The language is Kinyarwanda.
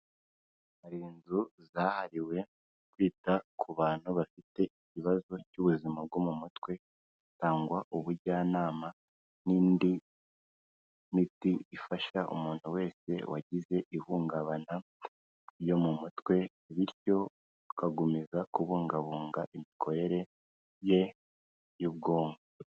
Hari inzu zahariwe kwita ku bantu bafite ibibazo by'ubuzima bwo mu mutwe hatangwa ubujyanama n'indi miti ifasha umuntu wese wagize ihungabana ryo mu mutwe, bityo bagakomeza kubungabunga imikorere ye y'ubwonko.